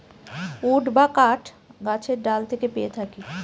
would বা কাঠ গাছের ডাল থেকে পেয়ে থাকি